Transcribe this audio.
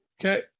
Okay